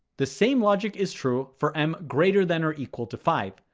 the same logic is true for m greater than or equal to five.